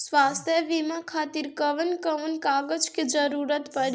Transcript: स्वास्थ्य बीमा खातिर कवन कवन कागज के जरुरत पड़ी?